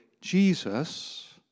Jesus